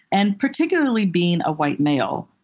and particularly being a white male,